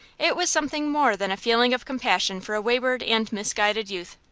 it was something more than a feeling of compassion for a wayward and misguided youth.